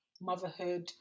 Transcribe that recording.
motherhood